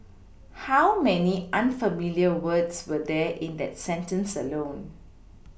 how many unfamiliar words were there in that sentence alone